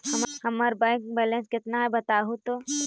हमर bank balance केतना है बताहु तो?